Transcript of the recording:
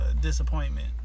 disappointment